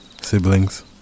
siblings